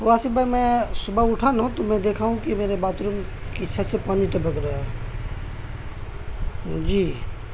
واصف بھائی میں صبح اٹھا ہوں تو میں دیکھا ہوں کہ میرے باتھ روم کی چھت سے پانی ٹپک رہا ہے جی